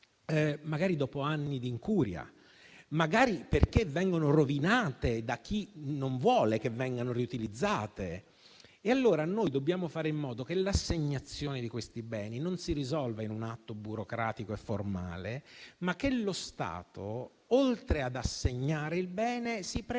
magari dopo anni di incuria, magari perché vengono rovinati da chi non vuole che vengano riutilizzati. Dobbiamo fare in modo, allora, che l'assegnazione di quei beni non si risolva in un atto burocratico e formale, ma che lo Stato, oltre ad assegnare il bene, si preoccupi